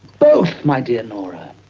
both, my dear nora.